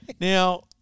now